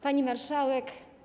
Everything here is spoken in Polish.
Pani Marszałek!